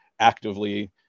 actively